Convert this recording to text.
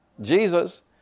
Jesus